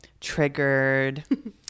triggered